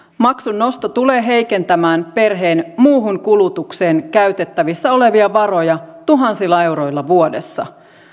maksun nosto tulee heikentämään perheen muuhun kulutukseen käytettävissä olevia varoja tuhansilla euroilla vuodessa